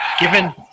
given